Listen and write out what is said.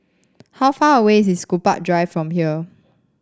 how far away is Gombak Drive from here